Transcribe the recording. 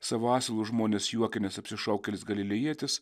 savo asilu žmones juokinęs apsišaukėlis galilėjietis